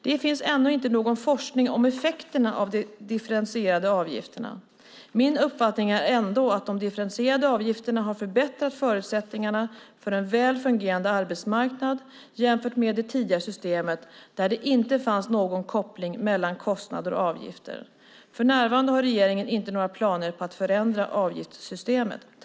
Det finns ännu inte någon forskning om effekterna av de differentierade avgifterna. Min uppfattning är ändå att de differentierade avgifterna har förbättrat förutsättningarna för en väl fungerande arbetsmarknad jämfört med det tidigare systemet där det inte fanns någon koppling mellan kostnader och avgifter. För närvarande har regeringen inte några planer på att förändra avgiftssystemet.